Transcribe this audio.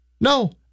no